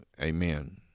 Amen